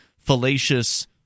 Fallacious